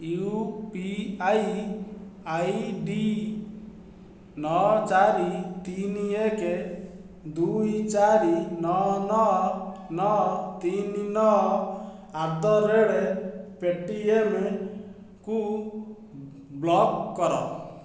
you P I I D ନଅ ଚାରି ତିନି ଏକ ଦୁଇ ଚାରି ନଅ ନଅ ନଅ ତିନି ନଅ ଆଟ୍ ଦ ରେଟ୍ ପେଟିଏମ୍ କୁ ବ୍ଲକ୍ କର